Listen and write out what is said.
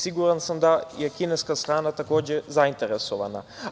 Siguran sam da je kineska strana takođe zainteresovana.